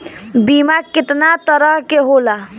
बीमा केतना तरह के होला?